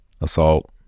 Assault